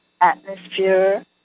atmosphere